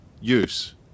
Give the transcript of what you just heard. use